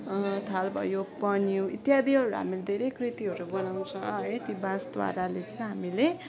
थाल भयो पनिउ इत्यादिहरू हामीले धेरै कृतिहरू बनाउँछ है ती बाँसद्वाराले चाहिँ हामीले